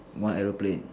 what aeroplane